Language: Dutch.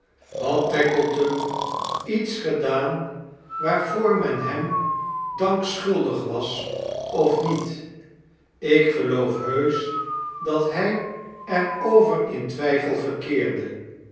had tackleton iets gedaan waarvoor men hem dank schuldig was of met ik geloof heusch dat hij er aver in twijfel verkeerde